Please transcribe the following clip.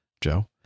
Joe